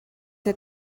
der